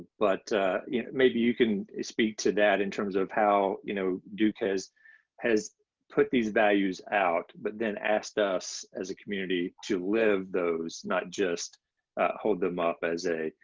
but you know maybe you can speak to that in terms of how you know duke has has put these values out but then asked us as a community to live those not just hold them up as. these